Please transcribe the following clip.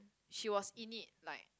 she was in it like